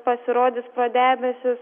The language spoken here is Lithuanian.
pasirodys pro debesis